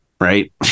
right